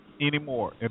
anymore